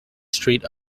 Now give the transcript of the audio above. street